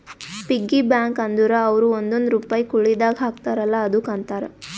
piggy bank ಅಂದುರ್ ಅವ್ರು ಒಂದೊಂದ್ ರುಪೈ ಕುಳ್ಳಿದಾಗ ಹಾಕ್ತಾರ ಅಲ್ಲಾ ಅದುಕ್ಕ ಅಂತಾರ